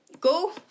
Go